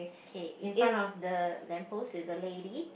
okay in front of the lamp post is a lady